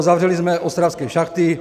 Zavřeli jsme ostravské šachty.